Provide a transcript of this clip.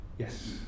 Yes